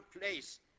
place